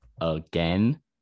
again